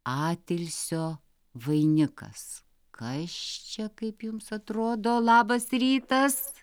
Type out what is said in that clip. atilsio vainikas kas čia kaip jums atrodo labas rytas